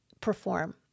perform